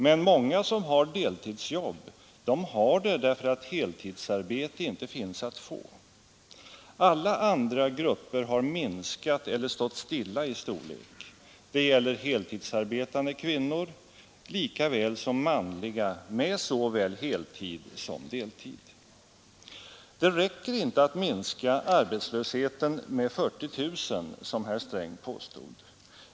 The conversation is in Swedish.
Men många som har deltidsjobb har det därför att heltidsarbete inte finns att få. Alla andra grupper har minskat eller stått stilla i storlek — det gäller heltidsarbetande kvinnor lika väl som manliga med såväl heltid som deltid. Det räcker inte att minska arbetslösheten med 40 000, som herr Sträng påstod.